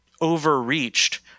overreached